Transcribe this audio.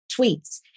tweets